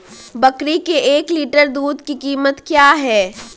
बकरी के एक लीटर दूध की कीमत क्या है?